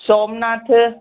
Somnath